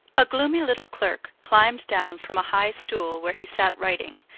a gloomy little clerk climbed down from a high stool where he sat writing,